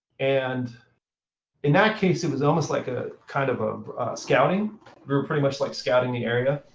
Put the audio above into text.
and in that case, it was almost like ah kind of of scouting. we were pretty much like scouting the area.